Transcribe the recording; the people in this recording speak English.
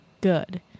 good